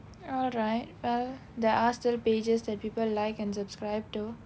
alright well there are still pages that people like and subscribe to